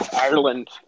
Ireland